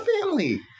family